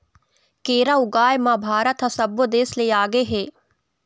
केरा ऊगाए म भारत ह सब्बो देस ले आगे हे